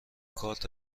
کارت